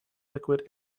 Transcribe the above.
liquid